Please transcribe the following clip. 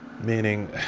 Meaning